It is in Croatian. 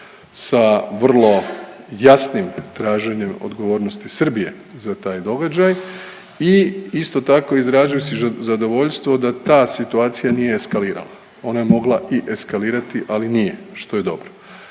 sa vrlo jasnim traženjem odgovornosti Srbije za taj događaj i isto tako izražuju si zadovoljstvo da ta situacija nije eskalirala, ona je mogla i eskalirati, ali nije, što je dobro